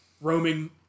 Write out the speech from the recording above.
roaming